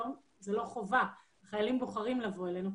זו לא חובה, החיילים בוחרים לבוא אלינו.